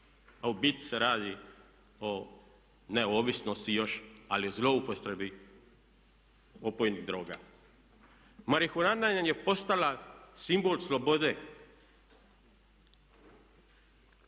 a u biti se radi o ne ovisnosti još ali zloupotrebi opojnih droga. Marihuana nam je postala simbol slobode.